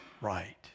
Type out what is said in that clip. right